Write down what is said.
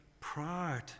pride